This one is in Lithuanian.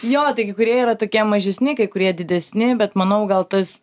jo taigi kurie yra tokie mažesni kai kurie didesni bet manau gal tas